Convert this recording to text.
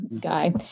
guy